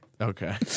Okay